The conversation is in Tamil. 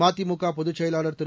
மதிமுக பொதுச் செயலாளர் திரு